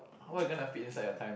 what you gonna fit inside your time